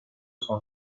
son